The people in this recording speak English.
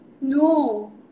No